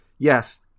Yes